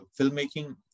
filmmaking